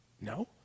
no